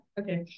okay